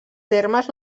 termes